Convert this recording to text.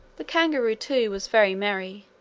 the kangaroo, too, was very merry,